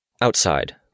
Outside